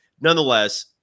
Nonetheless